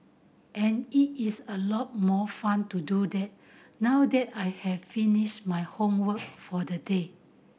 and it is a lot more fun to do that now that I have finished my homework for the day